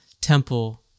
temple